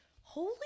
holy